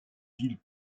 villes